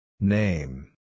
Name